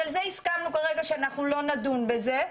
על זה הסכמנו שכרגע לא נדון בזה.